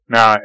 Now